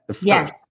Yes